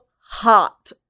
hot-